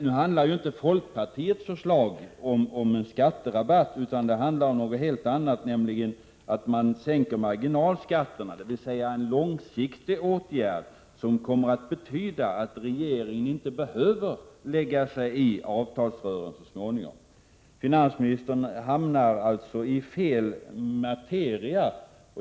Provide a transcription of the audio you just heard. Nu handlar ju folkpartiets förslag inte om en skatterabatt utan om något helt annat, nämligen om att sänka marginalskatterna — alltså en långsiktig åtgärd som kommer att betyda att regeringen så småningom inte behöver lägga sig i avtalsrörelsen. Finansministern hamnar alltså så att säga i fel materia.